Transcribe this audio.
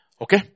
Okay